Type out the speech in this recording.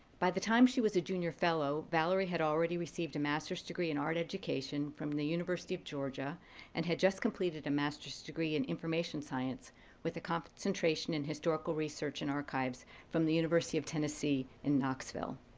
by the time she was a junior fellow valerie had already received a master's degree in art education from the university of georgia and had just completed a master's degree in information science with a concentration in historical research in archives from the university of tennessee in knoxville.